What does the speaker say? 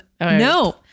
no